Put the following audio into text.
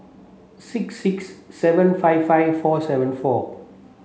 six six seven five five four seven four